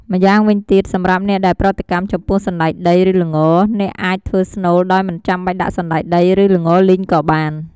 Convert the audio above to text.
ម្យ៉ាងវិញទៀត សម្រាប់អ្នកដែលប្រតិកម្មចំពោះសណ្តែកដីឬល្ង អ្នកអាចធ្វើស្នូល ដោយមិនបាច់ដាក់សណ្តែកដី ឬ ល្ងលីងក៏បាន។